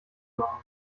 machen